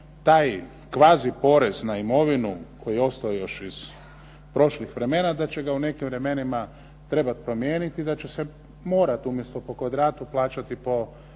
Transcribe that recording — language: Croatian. taj kvazi porez na imovinu koji je ostao još iz prošlih vremena, da će ga u nekim vremenima trebat promijeniti i da će se morat umjesto po kvadratu plaćati po